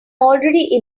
already